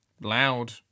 loud